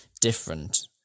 different